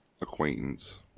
acquaintance